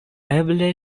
eble